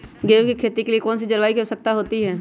गेंहू की खेती के लिए कौन सी जलवायु की आवश्यकता होती है?